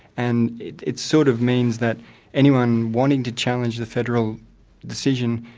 and it it sort of means that anyone wanting to challenge the federal decision,